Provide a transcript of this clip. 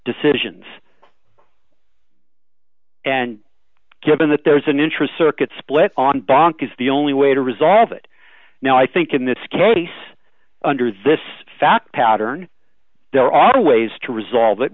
decisions and given that there is an interest circuit split on bonk is the only way to resolve it now i think in this case under this fact pattern there are ways to resolve it